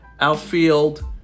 outfield